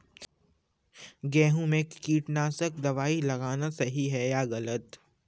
गेहूँ में कीटनाशक दबाई लगाना सही है या गलत?